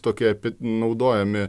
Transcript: tokie epi naudojami